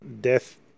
Death